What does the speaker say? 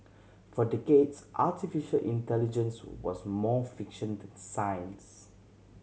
for decades artificial intelligence was more fiction than science